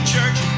Church